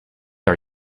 are